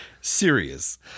serious